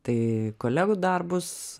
tai kolegų darbus